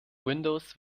windows